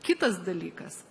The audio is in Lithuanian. kitas dalykas